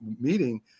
meeting